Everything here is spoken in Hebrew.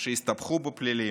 שהסתבכו בפלילים,